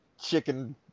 chicken